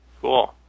cool